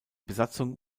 besatzung